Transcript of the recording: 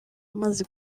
maze